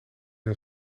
een